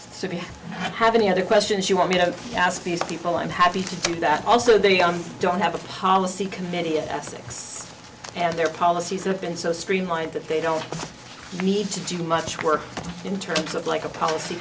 to have any other questions you want me to ask these people i'm happy to do that also they don't have a policy committee of six and their policies have been so streamlined that they don't need to do much work in terms of like a policy